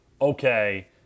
okay